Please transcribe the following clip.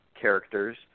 characters